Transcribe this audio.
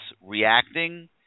reacting